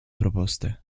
proposte